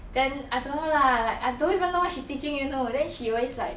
then I don't know lah like I don't even know what she teaching you know then she always like